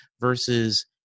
versus